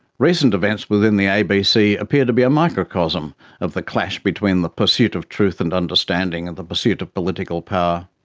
recent events within the abc appear to be a microcosm of the clash between the pursuit of truth and understanding, and the pursuit of political power.